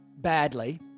badly